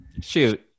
Shoot